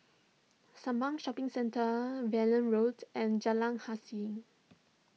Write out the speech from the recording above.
Sembawang Shopping Centre Valley Road and Jalan Hussein